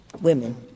women